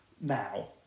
now